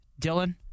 Dylan